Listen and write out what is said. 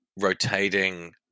rotating